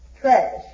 trash